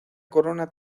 corona